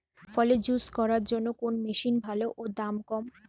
ফলের জুস করার জন্য কোন মেশিন ভালো ও দাম কম?